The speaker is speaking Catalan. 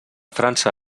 frança